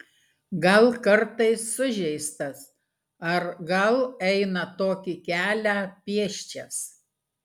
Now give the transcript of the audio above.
gal kartais sužeistas ar gal eina tokį kelią pėsčias